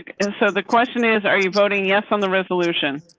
and so the question is, are you voting yes on the resolution.